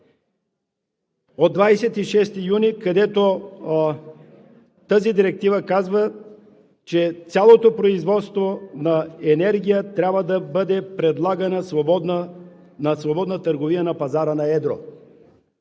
от 26 юни, където тази директива казва, че цялото производство на енергия трябва да бъде предлагана за свободна търговия на пазара на едро.